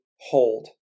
hold